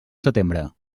setembre